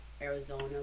Arizona